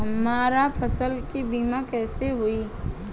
हमरा फसल के बीमा कैसे होई?